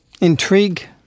intrigue